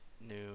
new